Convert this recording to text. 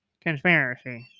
Conspiracy